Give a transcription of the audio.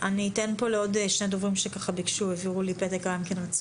נשמע את הדוברים שרצו לדבר,